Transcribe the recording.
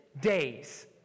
days